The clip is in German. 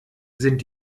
sind